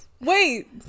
wait